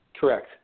Correct